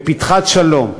בפתחת-שלום,